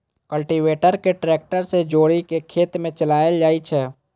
cultivator कें tractor सं जोड़ि कें खेत मे चलाएल जाइ छै